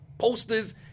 Posters